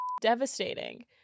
devastating